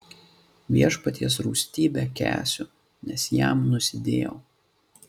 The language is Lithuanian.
viešpaties rūstybę kęsiu nes jam nusidėjau